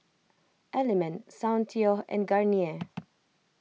Element Soundteoh and Garnier